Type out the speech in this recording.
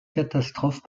catastrophe